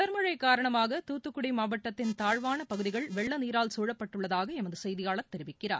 தொடர் மழை காரணமாக தூத்துக்குடி மாவட்டத்தின் தாழ்வான பகுதிகள் வெள்ள நீரால் சூழப்பட்டுள்ளதாக எமது செய்தியாளர் தெரிவிக்கிறார்